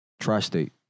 Tri-state